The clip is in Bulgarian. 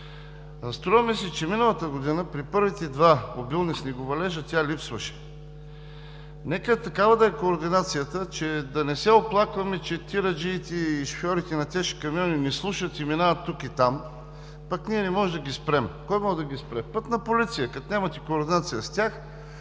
Струва ми се, че миналата година при първите два обилни снеговалежа тя липсваше. Нека координацията да е такава, че да не се оплакваме, че тираджиите и шофьорите на тежки камиони не слушат и минават тук и там, пък ние не можем да ги спрем. Кой може да ги спре? „Пътна полиция“. Като нямате координация с тях,